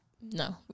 No